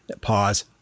pause